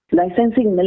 licensing